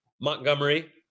Montgomery